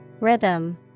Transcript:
Rhythm